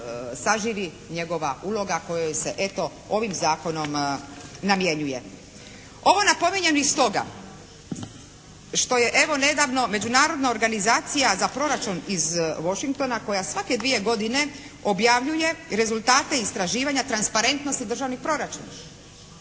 saživi njegova uloga kojoj se eto, ovim zakonom namjenjuje? Ovo napominjem i stoga što je evo nedavno međunarodna organizacija za proračun iz Washingtona koja svake dvije godine objavljuje rezultate istraživanja transparentnosti državnih proračuna